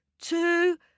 two